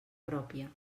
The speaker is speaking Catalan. pròpia